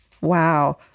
Wow